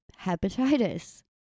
hepatitis